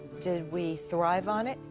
did we thrive on it?